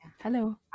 hello